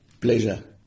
Pleasure